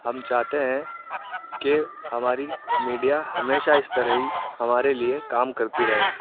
ہم چاہتے ہیں کہ ہماری میڈیا ہمیشہ اس طرح ہی ہمارے لیے کام کرتی رہے